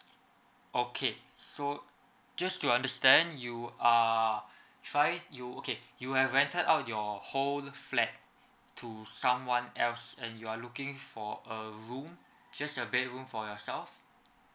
okay so just to understand you are try you okay you have rented out your whole flat to someone else and you are looking for a room just a bedroom for yourself